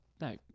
no